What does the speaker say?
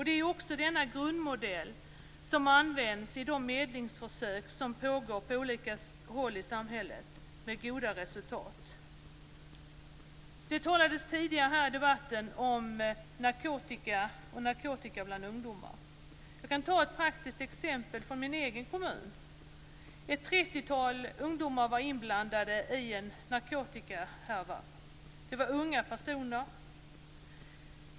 Det är också denna grundmodell som används i de medlingsförsök som pågår på olika håll i samhället, med goda resultat. Det talades tidigare här i debatten om narkotika och narkotika bland ungdomar. Jag kan ta ett praktiskt exempel från min egen kommun. Ett trettiotal ungdomar var där inblandade i en narkotikahärva. Det var unga personer.